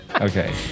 Okay